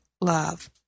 love